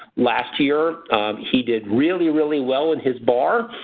last year he did really, really well in his bar.